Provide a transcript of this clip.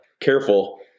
careful